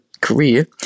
career